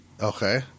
Okay